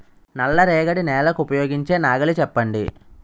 నల్ల రేగడి నెలకు ఉపయోగించే నాగలి చెప్పండి?